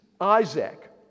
Isaac